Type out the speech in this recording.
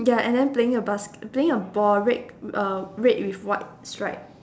ya and then playing a basket playing a ball red uh red with white stripe